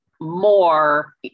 more